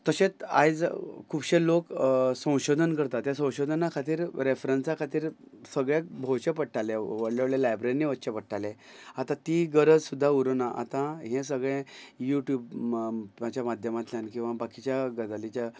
तशेंच आयज खुबशे लोक संशोधन करतात त्या संशोधना खातीर रॅफरन्सा खातीर सगळ्याक भोंवचें पडटालें व्हडल्या व्हडल्या लायब्ररींनी वच्चें पडटालें आतां ती गरज सुद्दां उरूंक ना आतां हें सगळें युट्युबाच्या माध्यमांतल्यान किंवां बाकीच्या गजालीच्या